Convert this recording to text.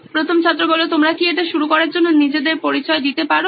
প্রথম ছাত্র তোমরা কি এটা শুরু করার জন্য নিজেদের পরিচয় দিতে পারো